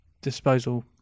disposal